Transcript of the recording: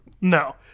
No